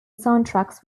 soundtracks